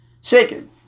Second